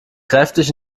kräftig